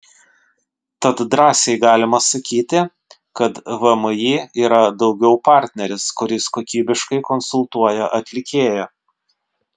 tad drąsiai galima sakyti kad vmi yra daugiau partneris kuris kokybiškai konsultuoja atlikėją